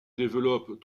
développent